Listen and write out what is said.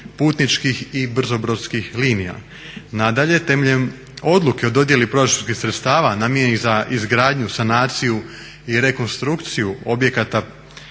putničkih i brzobrodskih linija. Nadalje, temeljem odluke o dodjeli proračunskih sredstava namijenjenih za izgradnju, sanaciju i rekonstrukciju objekata